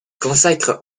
consacre